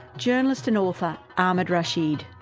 journalist and author ahmed rashid.